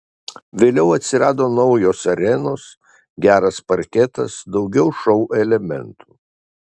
vėliau atsirado naujos arenos geras parketas daugiau šou elementų